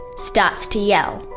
starts to yell!